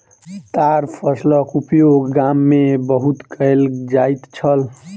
ताड़ फलक उपयोग गाम में बहुत कयल जाइत छल